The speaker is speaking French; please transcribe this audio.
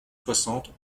soixante